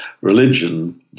Religion